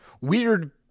weird